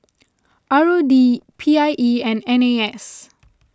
R O D P I E and N A S